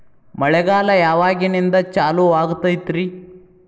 ಮಳೆಗಾಲ ಯಾವಾಗಿನಿಂದ ಚಾಲುವಾಗತೈತರಿ?